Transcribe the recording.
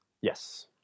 Yes